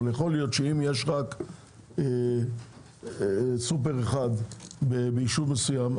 אבל יכול להיות שאם יש רק סופר אחד ביישוב מסוים,